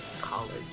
college